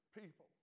people